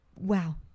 Wow